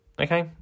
Okay